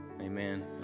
amen